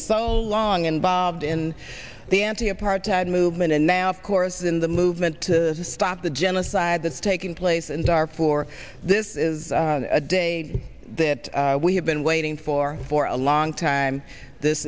long involved in the anti apartheid movement and now of course in the movement to stop the genocide that's taking place and for this is a day that we have been waiting for for a long time this